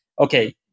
okay